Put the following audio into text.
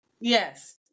Yes